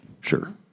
Sure